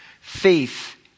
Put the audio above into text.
Faith